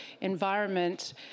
environment